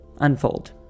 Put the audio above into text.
Unfold